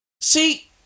See